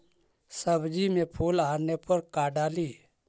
सब्जी मे फूल आने पर का डाली?